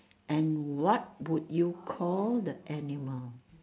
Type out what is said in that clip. and what would you call the animal